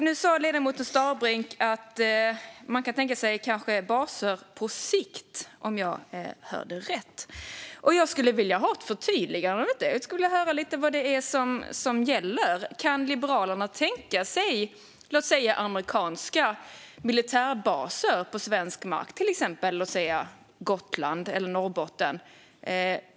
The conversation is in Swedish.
Nu sa ledamoten Starbrink, om jag hörde rätt, att man på sikt kanske kan tänka sig baser. Jag skulle vilja ha ett förtydligande av detta och höra lite grann vad det är som gäller. Kan Liberalerna på sikt, inom ett par års tid, tänka sig militärbaser - låt säga amerikanska sådana - på svensk mark, till exempel på Gotland eller i Norrbotten?